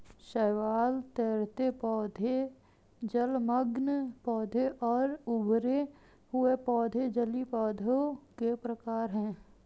शैवाल, तैरते पौधे, जलमग्न पौधे और उभरे हुए पौधे जलीय पौधों के प्रकार है